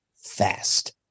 fast